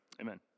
amen